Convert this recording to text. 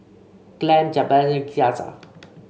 Clem Jabez Ceasar